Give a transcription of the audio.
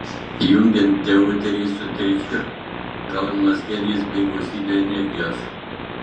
jungiant deuterį su tričiu gaunamas helis bei daugybė energijos